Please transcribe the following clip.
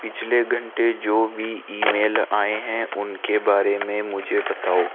पिछले घंटे जो भी ईमेल आए हैं उनके बारे में मुझे बताओ